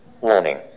Warning